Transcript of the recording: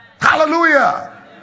Hallelujah